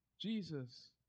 Jesus